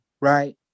right